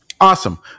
Awesome